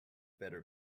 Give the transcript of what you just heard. better